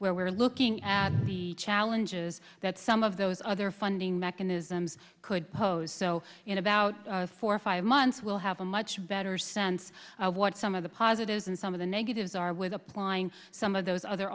where we're looking at the challenges that some of those other funding mechanisms could pose so in about four or five months we'll have a much better sense of what some of the positives and some of the negatives are with applying some of those other